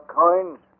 coins